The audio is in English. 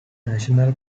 national